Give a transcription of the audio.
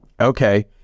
Okay